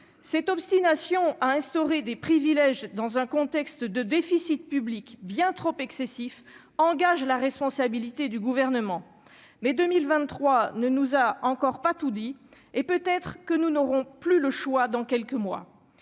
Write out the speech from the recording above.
cette obstination à instaurer des privilèges dans un contexte de déficit public bien trop excessif. Engage la responsabilité du gouvernement mais 2023 ne nous a encore pas tout dit, et peut-être que nous n'auront plus le choix, dans quelques mois,